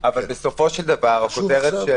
אבל בסופו של דבר הכותרת של